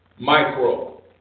micro